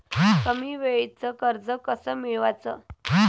कमी वेळचं कर्ज कस मिळवाचं?